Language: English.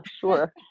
sure